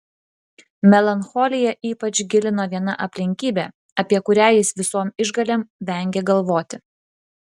melancholiją ypač gilino viena aplinkybė apie kurią jis visom išgalėm vengė galvoti